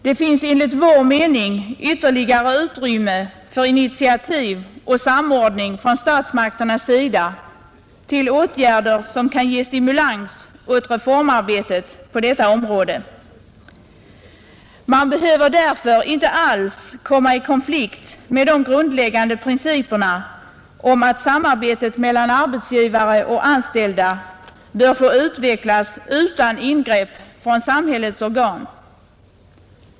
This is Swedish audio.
Det finns enligt vår mening ytterligare utrymme för initiativ och samordning från statsmakternas sida till åtgärder som kan ge stimulans åt reformarbetet på detta område. Man behöver därför inte alls komma i konflikt med de grundläggande principerna om att samarbetet mellan arbetsgivare och anställda bör få utvecklas utan ingrepp från samhällets organ.